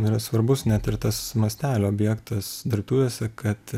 yra svarbus net ir tas mastelio objektas dirbtuvėse kad